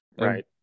right